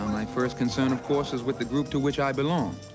my first concern of course, is with the group to which i belong.